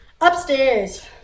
Upstairs